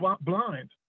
blind